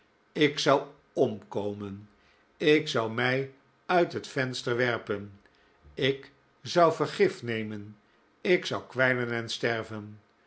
ik zou omkomen ik zou mij uit het venster werpen ik zou vergif nemen ik zou kwijnen en sterven